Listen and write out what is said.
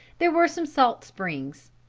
there were some salt springs.